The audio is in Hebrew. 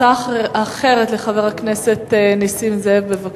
הצעה אחרת לחבר הכנסת נסים זאב, בבקשה.